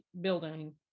building